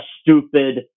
stupid